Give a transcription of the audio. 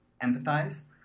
empathize